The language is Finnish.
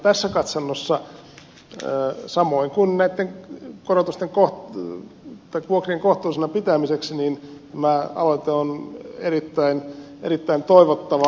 tässä katsannossa samoin kuin näitten vuokrien kohtuullisena pitämiseksi tämä aloite on erittäin toivottava